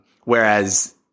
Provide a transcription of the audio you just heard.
whereas